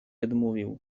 odmówił